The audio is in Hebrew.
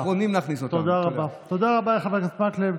ואם נתרגם את זה בקצרה: הכנסת מתבקשת להאריך